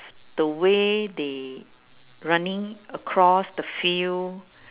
the way they running across the field